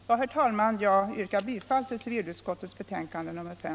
Herr talman! Jag yrkar bifall till civilutskottets betänkande nr 5.